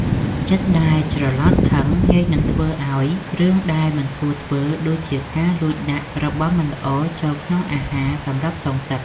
ចិត្តដែលច្រឡោតខឹងងាយនឹងធ្វើរឿងដែលមិនគួរធ្វើដូចជាការលួចដាក់របស់មិនល្អចូលក្នុងអាហារសម្រាប់សងសឹក។